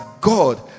god